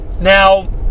Now